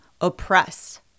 oppress